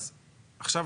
עכשיו,